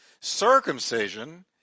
Circumcision